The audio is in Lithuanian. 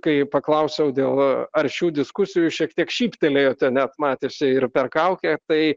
kai paklausiau dėl aršių diskusijų šiek tiek šyptelėjote net matėsi ir per kaukę tai